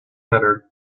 better